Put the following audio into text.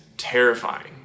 terrifying